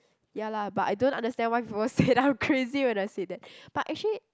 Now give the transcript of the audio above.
ya lah but I don't understand why people say that I'm crazy when I say that but actually